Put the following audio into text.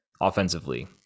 offensively